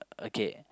okay